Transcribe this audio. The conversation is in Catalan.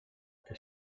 que